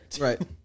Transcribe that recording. Right